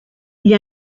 gli